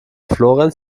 florenz